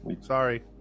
Sorry